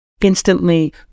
instantly